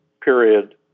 period